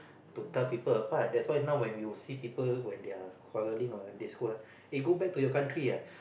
to tell people apart that's why now when we you see people when they are quarreling or when they scold ah go back to your country lah